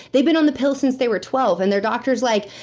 they've been on the pill since they were twelve, and their doctor's like,